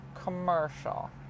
commercial